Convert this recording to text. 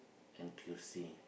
N_T_U_C